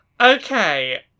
Okay